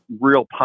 real